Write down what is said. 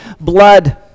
blood